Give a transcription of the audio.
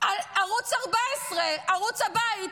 על ערוץ 14, ערוץ הבית